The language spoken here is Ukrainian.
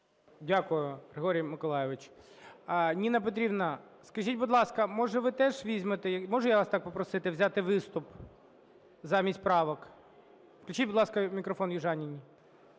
Дякую, Григорій Миколайович. Ніна Петрівна, скажіть, будь ласка, може, ви теж візьмете, можу я вас так попросити взяти виступ замість правок? Включіть, будь ласка, мікрофон Южаніній.